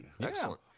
Excellent